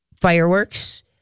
fireworks